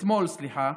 סליחה,